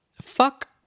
fuck